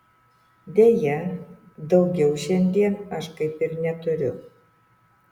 deja daugiau šiandien aš kaip ir neturiu